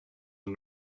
een